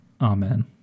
Amen